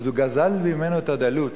אז הוא גזל ממנו את הדלות.